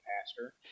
pastor